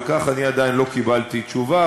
על כך אני עדיין לא קיבלתי תשובה,